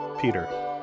Peter